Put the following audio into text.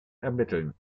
ermitteln